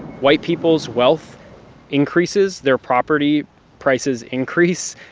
white people's wealth increases. their property prices increase.